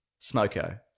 Smoko